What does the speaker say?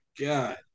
god